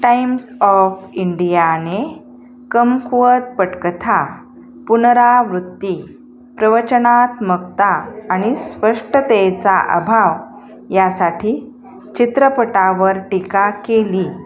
times of इंडियाने कमकुवत पटकथा पुनरावृत्ती प्रवचनात्मकता आणि स्पष्टतेचा अभाव यासाठी चित्रपटावर टिका केली